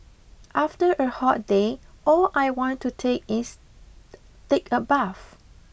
after a hot day all I want to take is take a bath